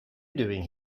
doing